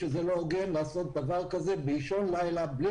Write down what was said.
זה לא הוגן לעשות דבר כזה באישון לילה בלי